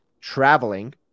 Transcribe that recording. traveling